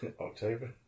October